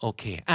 Okay